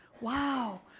Wow